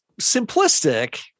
simplistic